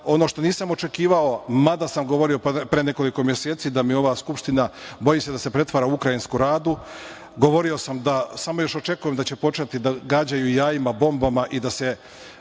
Ono što nisam očekivao, mada sam govorio pre nekoliko meseci da mi ova Skupština bojim se da se pretvara u u ukrajinsku Radu, govorio sam da samo još očekujem da će početi da gađaju jajima, bombama i da se